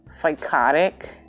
psychotic